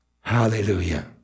hallelujah